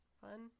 Fun